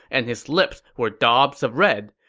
and his lips were daubs of red.